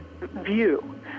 view